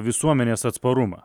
visuomenės atsparumą